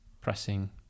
pressing